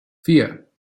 vier